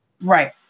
Right